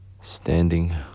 standing